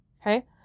Okay